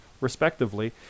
respectively